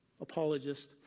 apologist